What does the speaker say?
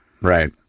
right